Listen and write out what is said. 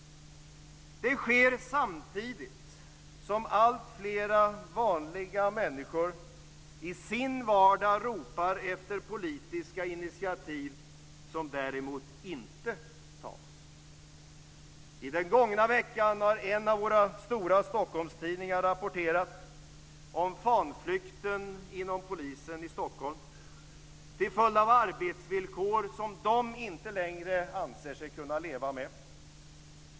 Det sker samtidigt som alltfler vanliga människor i sin vardag ropar efter politiska initiativ som däremot inte tas. I den gångna veckan har en av våra stora Stockholmstidningar rapporterat om fanflykten inom polisen i Stockholm till följd av arbetsvillkor som de inte längre anser sig kunna leva med.